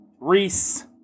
Reese